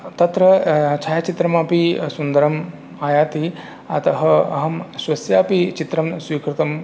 तत्र छायाचित्रमपि सुन्दरम् आयाति अतः अहं स्वस्यापि चित्रं स्वीकृतम्